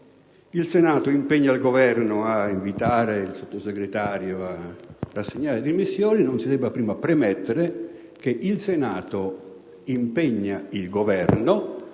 che si impegna il Governo ad invitare il Sottosegretario a rassegnare le dimissioni, non si debba premettere che il Senato impegna il Governo